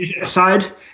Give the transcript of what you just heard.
Aside